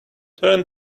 turn